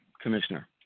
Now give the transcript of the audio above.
Commissioner